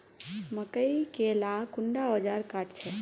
मकई के ला कुंडा ओजार काट छै?